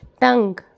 tongue